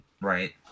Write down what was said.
Right